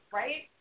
right